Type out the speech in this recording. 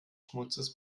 schmutzes